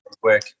Quick